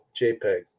JPEG